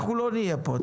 אנחנו לא נהיה פה,